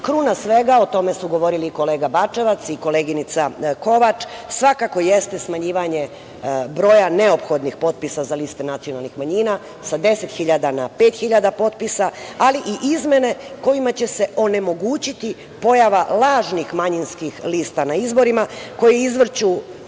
svega o tome su govorili i kolega Bačevac i koleginica Kovač, svakako jeste smanjivanje broja neophodnih potpisa za liste nacionalnih manjina sa 10.000 na 5.000 potpisa, ali i izmene kojima će se onemogućiti pojava lažnih manjinskih lista na izborima koji izvrću